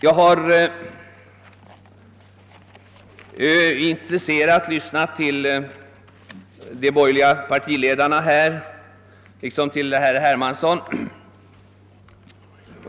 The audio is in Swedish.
Jag har intresserat lyssnat till de borgerliga partiledarna liksom till herr Hermansson.